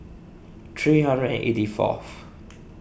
three hundred and eighty fourth